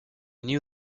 knew